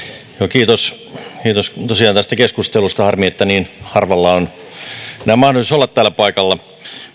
kiitos kiitos tosiaan tästä keskustelusta harmi että niin harvalla on tänään mahdollisuus olla täällä paikalla